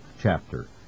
chapter